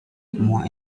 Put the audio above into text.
more